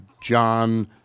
John